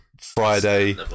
Friday